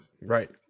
Right